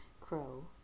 Crow